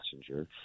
passenger